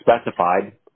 specified